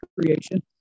creation